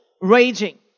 raging